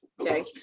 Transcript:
okay